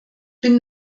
bin